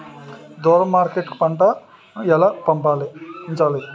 దూరం మార్కెట్ కు పంట ను ఎలా పంపించాలి?